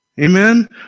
Amen